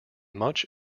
much